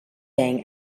bang